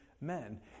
men